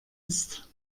ist